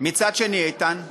מצד שני, איתן,